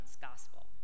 Gospel